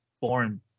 born